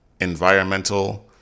environmental